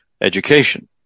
education